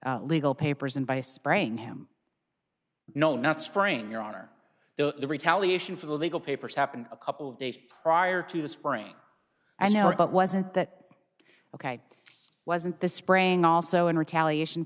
legal papers and by spraying him no not sprain your honor though the retaliation for the legal papers happened a couple of days prior to the spring i know but wasn't that ok wasn't this spraying also in retaliation